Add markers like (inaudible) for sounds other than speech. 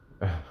(laughs)